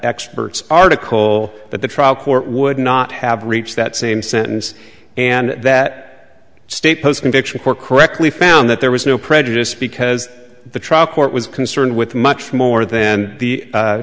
experts article that the trial court would not have reached that same sentence and that state post conviction more correctly found that there was no prejudice because the trial court was concerned with much more then the